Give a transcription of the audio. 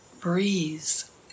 breeze